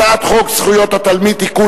הצעת חוק זכויות התלמיד (תיקון,